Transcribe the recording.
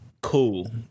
cool